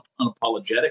unapologetic